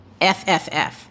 fff